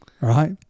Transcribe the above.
right